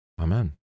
Amen